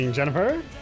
Jennifer